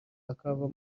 akava